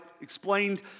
Explained